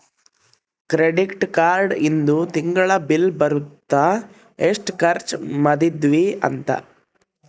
credit card ಇಂದು ತಿಂಗಳ bill ಬರುತ್ತ ಎಸ್ಟ ಖರ್ಚ ಮದಿದ್ವಿ ಅಂತ